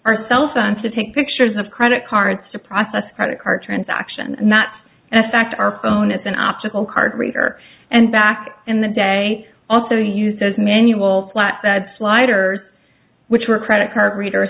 our cell phone to take pictures of credit cards to process credit card transactions not a fact our phone it's an optical card reader and back in the day also used as manual plot that sliders which were a credit card reader